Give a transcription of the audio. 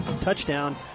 touchdown